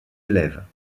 élèves